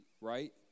right